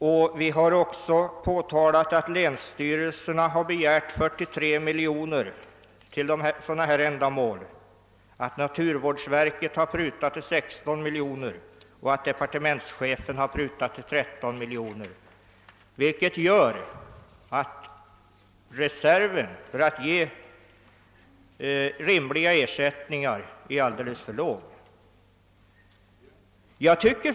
Vidare har vi påtalat att länsstyrelserna har begärt 43 miljoner kronor till dylika ändamål, att naturvårdsverket har prutat till 16 miljoner kronor och att departementschefen prutat till 13 miljoner kronor, vilket medför att marginalen för rimligare ersättningar blir alldeles för snäv.